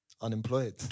unemployed